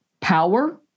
power